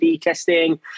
testing